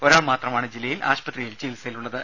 ഒരാൾ മാത്രമാണ് ജില്ലയിൽ ആശുപത്രിയിൽ ചികിത്സയിൽ ഉള്ളത്